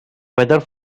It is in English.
weather